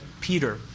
Peter